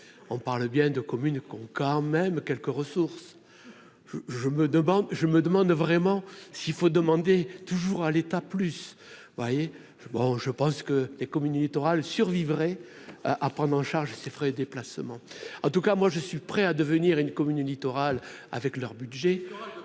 on parle bien de communes con quand même quelques ressources, je me demande, je me demande vraiment si faut demander toujours à l'État plus vous voyez bon je pense que les communes littorales survivrait à prendre en charge ces frais déplacement en tout cas moi je suis prêt à devenir une commune littorale avec leur budget